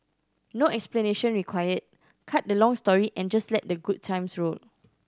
no explanation required cut the long story and just let the good times roll